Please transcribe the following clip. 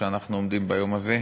כשאנחנו עומדים ביום הזה,